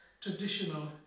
traditional